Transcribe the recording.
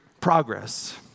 progress